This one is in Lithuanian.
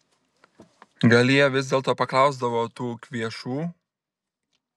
gal jie vis dėlto paklausdavo tų kvėšų